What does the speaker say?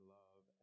love